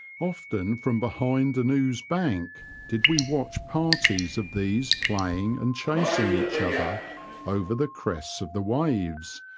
often from behind an ooze bank did we watch parties of these playing and chasing each other over the crests of the waves,